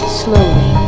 slowly